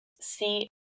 see